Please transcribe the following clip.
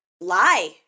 lie